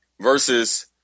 versus